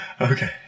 Okay